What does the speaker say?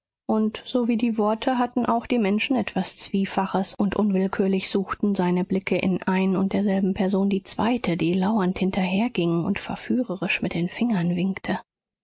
und so wie die worte hatten auch die menschen etwas zwiefaches und unwillkürlich suchten seine blicke in ein und derselben person die zweite die lauernd hinterherging und verführerisch mit dem finger winkte